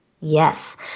Yes